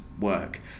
work